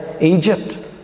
Egypt